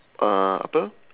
uh apa